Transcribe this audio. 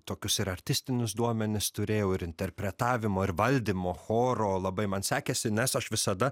tokius ir artistinius duomenis turėjau ir interpretavimo ir valdymo choro labai man sekėsi nes aš visada